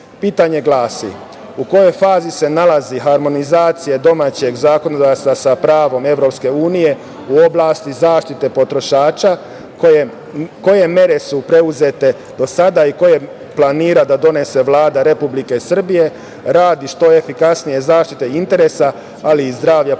glasi, u kojoj fazi se nalazi harmonizacija domaćeg zakona, sa pravom EU, u oblasti zaštite potrošača? Koje mere su preuzete do sada i koje planira da donese Vlada Republike Srbije, radi što efikasnije zaštite interesa, ali i zdravlja potrošača? Hvala